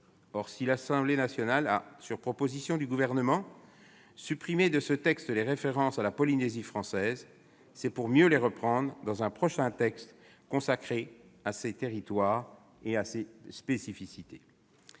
Si l'Assemblée nationale a, sur proposition du Gouvernement, supprimé de ce texte les références à la Polynésie française, c'est pour mieux les reprendre dans un prochain projet de loi consacré à ce territoire et à ses spécificités.